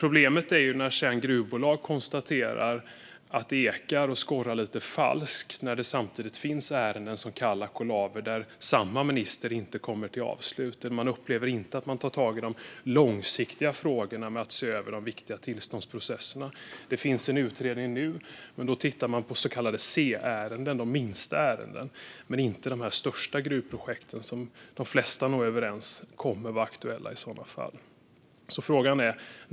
Problemet är att gruvbolag sedan kan konstatera att det ekar och skorrar lite falskt när det samtidigt finns ärenden som Kallak och Laver, där samma minister inte kommer till avslut. Man upplever inte att han tar tag i de långsiktiga frågorna med att se över de viktiga tillståndsprocesserna. Det finns en utredning nu, men där tittar man på så kallade C-ärenden, de minsta ärendena, inte de största gruvprojekten, som de flesta nog är överens kommer att vara aktuella.